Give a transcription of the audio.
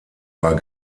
war